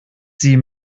sie